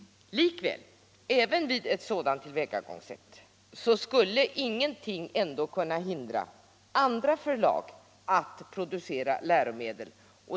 Likväl: vid ett sådant tillvägagångssätt skulle ändå ingenting kunna hindra andra förlag att producera läromedel.